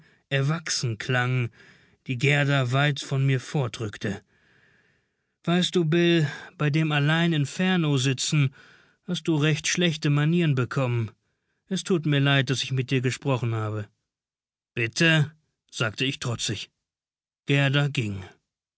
erwachsen klang die gerda weit von mir fortrückte weiß du bill bei dem allein in fernow sitzen hast du recht schlechte manieren bekommen es tut mir leid daß ich mit dir gesprochen habe bitte sagte ich trotzig gerda ging